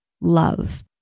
love